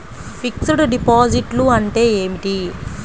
Fixed డిపాజిట్లు అంటే ఏమిటి?